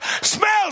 smells